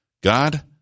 God